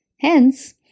Hence